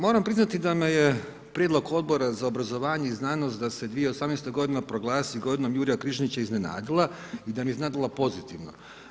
Moram priznati da me je prijedlog Odbora za obrazovanje i znanost da se 2018. g. proglasi godinom Jurja Križanića iznenadila i da me je iznenadila pozitivno.